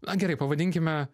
na gerai pavadinkime